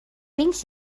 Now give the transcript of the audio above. wings